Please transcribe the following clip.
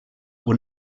were